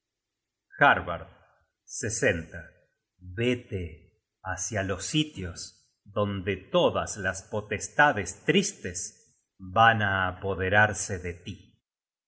hoy harbard vete hácia los sitios donde todas las potestades tristes van á apoderarse de tí